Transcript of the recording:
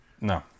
No